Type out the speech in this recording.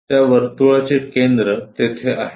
त्या वर्तुळाचे केंद्र तेथे आहे